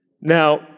Now